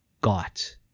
got